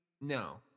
No